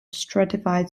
stratified